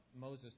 Moses